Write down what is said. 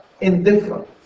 indifferent